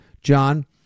John